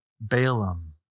Balaam